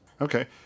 Okay